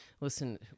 Listen